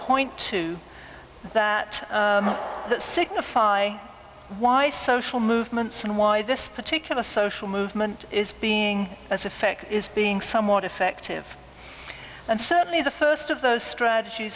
point to that that signify why social movements and why this particular social movement is being as effect is being somewhat effective and certainly the first of those strateg